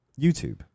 YouTube